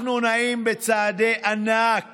אנחנו נעים בצעדי ענק